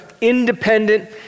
independent